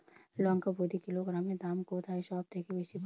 লঙ্কা প্রতি কিলোগ্রামে দাম কোথায় সব থেকে বেশি পাব?